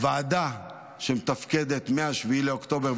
הוועדה שמתפקדת מ-7 באוקטובר,